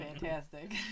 fantastic